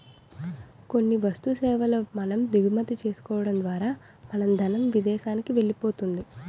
కొన్ని వస్తు సేవల మనం దిగుమతి చేసుకోవడం ద్వారా మన ధనం విదేశానికి వెళ్ళిపోతుంది